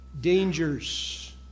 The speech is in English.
dangers